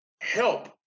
help